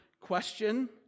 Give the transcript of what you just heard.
question